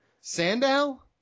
Sandow